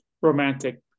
romantic